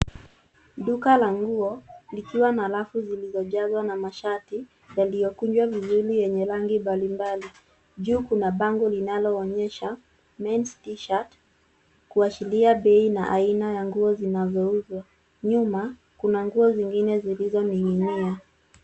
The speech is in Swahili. Duka la nguo, likiwa na rafu zilizojazwa na mashati yaliyokunjwa vizuri yenye rangi mbalimbali. Juu kuna bango linaloonyesha mens t-shirts kuashiria bei na aina ya nguo zinazouzwa. Nyuma kuna nguo zingine zilizoning'inia.